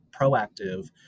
proactive